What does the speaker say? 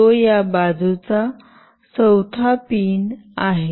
जो या बाजूचा चौथा पिन आहे